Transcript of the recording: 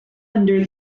under